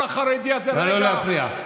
נא לא להפריע.